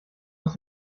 aus